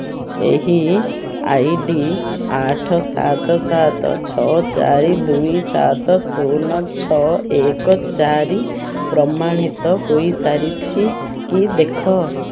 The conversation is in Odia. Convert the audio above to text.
ଏହି ଆଇ ଡ଼ି ଆଠ ସାତ ସାତ ଛଅ ଚାରି ଦୁଇ ସାତ ଶୂନ ଛଅ ଏକ ଚାରି ପ୍ରମାଣିତ ହୋଇସାରିଛି କି ଦେଖ